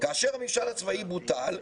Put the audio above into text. כאשר הממשל הצבאי בוטל,